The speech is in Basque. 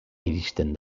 iristen